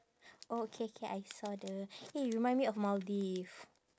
oh K K I saw the eh remind me of maldives